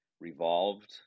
revolved